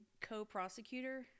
co-prosecutor